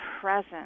present